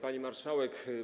Pani Marszałek!